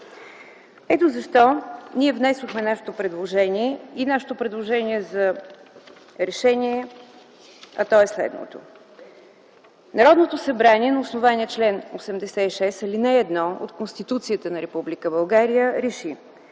Ето защо ние внесохме нашето предложение и нашето предложение за решение е следното: „Народното събрание на основание чл. 86, ал. 1 от Конституцията на Република